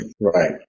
right